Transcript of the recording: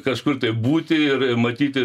kažkur tai būti ir ir matyti